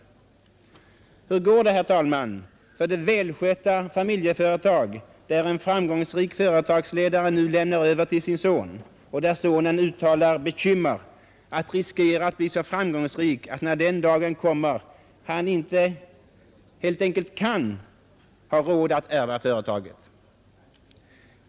Hur går det, herr talman, för det välskötta familjeföretag, där en framgångsrik företagsledare nu lämnar över till sin son och där sonen uttalar bekymmer för att ”riskera att bli så framgångsrik” att när den dagen kommer han helt enkelt inte har råd att ärva företaget?